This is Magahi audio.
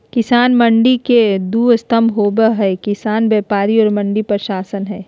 किसान मंडी के दू स्तम्भ होबे हइ किसान व्यापारी और मंडी प्रशासन हइ